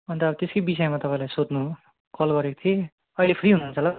अन्त त्यसकै विषयमा तपाईँलाई सोध्नु कल गरेको थिएँ अहिले फ्री हुनुहुन्छ होला तपाईँ